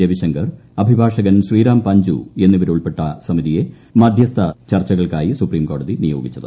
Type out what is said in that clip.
രവിശങ്കർ അഭിഭാഷകൻ ശ്രീറാം പഞ്ചു എന്നിവരുൾപ്പെട്ട സമിതിയെ മധ്യസ്ഥ ചർച്ചകൾക്കായി സുപ്രീംകോടതി നിയോഗിച്ചത്